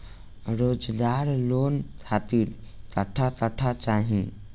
रोजगार लोन खातिर कट्ठा कट्ठा चाहीं?